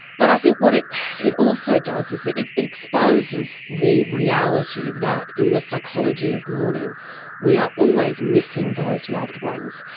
but i think what it it also does is it exposes the reality that in the psychology of mourning we are always missing those loved ones.